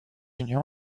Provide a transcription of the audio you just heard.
union